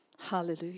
Hallelujah